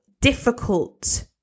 difficult